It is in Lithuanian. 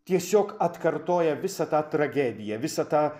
tiesiog atkartoja visą tą tragediją visą tą